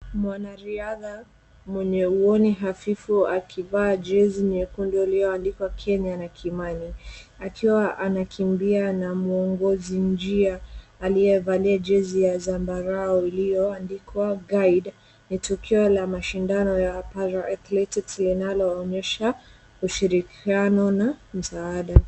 Mwanariadha mwenye uoni hafifu akivaa jezi nyekundu iliyoandikwa Kenya na Kimani akiwa anakimbia na muongozi njia, aliyevalia jezi ya zambarau iliyoandikwa guide . Ni tukio la mashindano la paratheletics linaloonyesha ushirikiano na msaada.